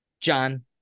John